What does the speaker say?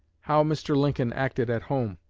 how mr. lincoln acted at home.